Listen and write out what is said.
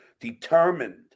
determined